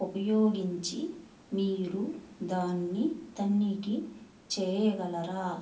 ఉపయోగించి మీరు దాన్ని తనిఖీ చేయగలరా